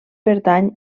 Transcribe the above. pertany